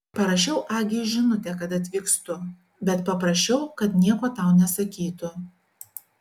parašiau agei žinutę kad atvykstu bet paprašiau kad nieko tau nesakytų